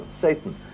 Satan